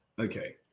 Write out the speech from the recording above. Okay